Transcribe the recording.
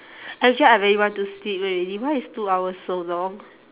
actually I really want to sleep already why is two hours so long